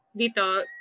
dito